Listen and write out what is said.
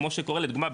כמו שקורה לדוגמא,